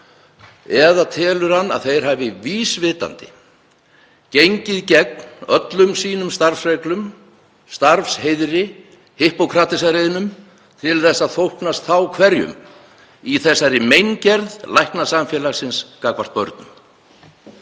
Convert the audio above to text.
eða telur hann að þeir hafi vísvitandi gengið gegn öllum sínum starfsreglum, starfsheiðri, Hippókratesareiðnum til að þóknast þá hverjum, í þessari meingerð læknasamfélagsins gagnvart börnum?